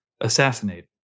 assassinate